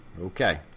Okay